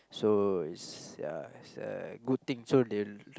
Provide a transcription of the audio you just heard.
so it's a it's a good thing so they will